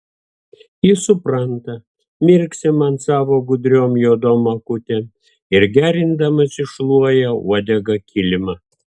jis supranta mirksi man savo gudriom juodom akutėm ir gerindamasis šluoja uodega kilimą